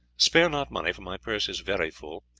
spare not money, for my purse is very full.